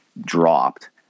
dropped